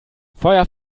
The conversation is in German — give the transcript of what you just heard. feuer